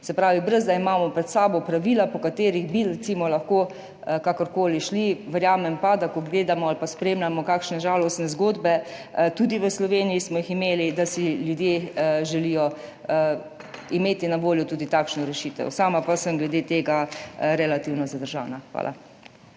se pravi, ne da imamo pred sabo pravila, po katerih bi recimo lahko kakorkoli šli. Verjamem pa, da ko gledamo ali spremljamo kakšne žalostne zgodbe, tudi v Sloveniji smo jih imeli, da si ljudje želijo imeti na voljo tudi takšno rešitev. Sama pa sem glede tega relativno zadržana. Hvala.